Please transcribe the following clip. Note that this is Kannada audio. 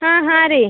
ಹಾಂ ಹಾಂ ರೀ